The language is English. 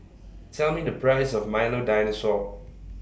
Tell Me The Price of Milo Dinosaur